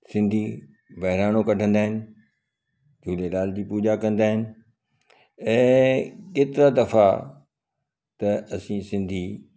सिंधी बहिराणो कढंदा आहिनि झूलेलाल जी पूॼा कंदा आहिनि ऐं केतिरा दफ़ा त असी सिंधी